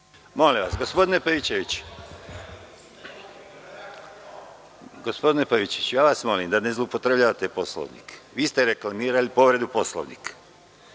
Molim vas, gospodine Pavićeviću, da ne zloupotrebljavate Poslovnik. Vi ste reklamirali povredu Poslovnika